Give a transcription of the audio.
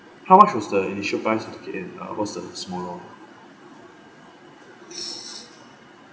how much was the initial price in what's the smaller